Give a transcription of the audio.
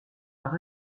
par